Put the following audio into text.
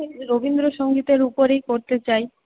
রবীন্দ্রসঙ্গীতের উপরেই করতে চাই